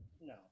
No